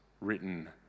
written